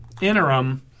interim